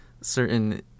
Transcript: certain